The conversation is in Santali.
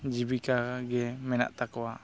ᱡᱤᱵᱤᱠᱟ ᱜᱮ ᱢᱮᱱᱟᱜ ᱛᱟᱠᱚᱣᱟ